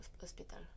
hospital